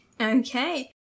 Okay